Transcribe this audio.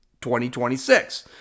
2026